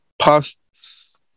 past